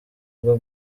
bwo